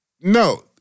No